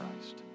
Christ